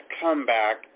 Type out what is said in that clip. comeback